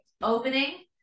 opening